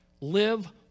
Live